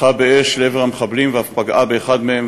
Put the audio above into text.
פתחה באש לעבר המחבלים ואף פגעה באחד מהם,